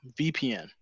VPN